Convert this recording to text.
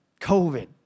COVID